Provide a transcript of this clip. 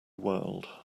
world